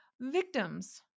victims